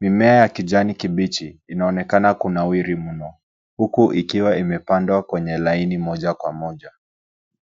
Mimea ya kijani kibichi inaonekana kunawiri mno huku ikiwa imepandwa kwenye laini moja kwa moja.